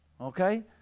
okay